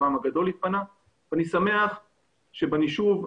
אני שמח שבנישוב,